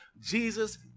Jesus